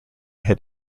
had